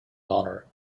honor